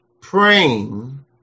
Praying